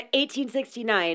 1869